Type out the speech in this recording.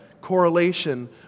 correlation